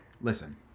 Listen